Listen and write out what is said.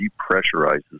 depressurizes